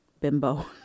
bimbo